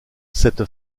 cette